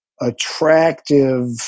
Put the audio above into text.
Attractive